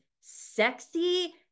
sexy